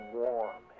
warm